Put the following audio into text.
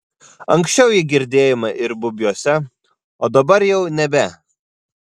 anksčiau jį girdėjome ir bubiuose o dabar jau nebe